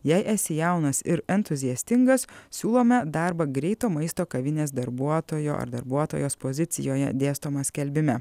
jei esi jaunas ir entuziastingas siūlome darbą greito maisto kavinės darbuotojo ar darbuotojos pozicijoje dėstoma skelbime